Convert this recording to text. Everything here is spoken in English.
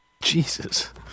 Jesus